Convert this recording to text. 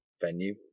venue